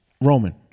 Roman